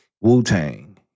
Wu-Tang